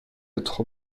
être